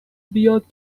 بیاد